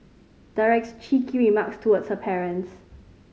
directs cheeky remarks towards her parents